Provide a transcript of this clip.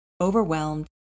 overwhelmed